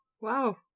Wow